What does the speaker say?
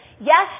yes